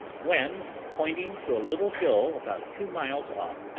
when, pointing to a little hill about two miles off,